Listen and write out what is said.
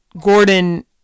Gordon